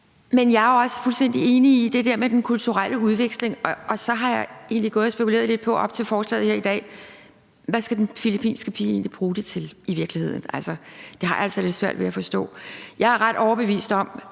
Men jeg er også fuldstændig enig i det der med den kulturelle udveksling, og så har jeg egentlig gået og spekuleret lidt på op til behandlingen af forslaget her i dag: Hvad skal den filippinske pige i virkeligheden bruge det til? Det har jeg altså lidt svært ved at forstå. Jeg er ret overbevist om,